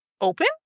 open